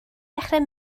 dechrau